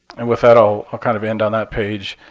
and with that all kind of end on that page.